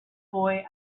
boy